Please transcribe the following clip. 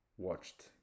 watched